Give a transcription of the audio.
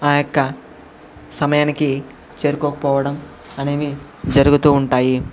ఆ యొక్క సమయానికి చేరుకోకపోవడం అనేవి జరుగుతూ ఉంటాయి